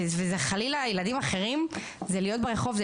אצל ילדים אחרים זה חלילה להיות ברחוב,